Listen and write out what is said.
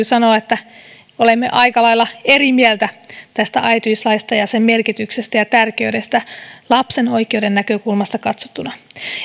sanoa että olemme aika lailla eri mieltä tästä äitiyslaista ja sen merkityksestä ja tärkeydestä lapsen oikeuden näkökulmasta katsottuna